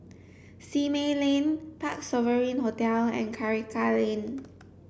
Simei Lane Parc Sovereign Hotel and Karikal Lane